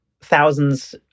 thousands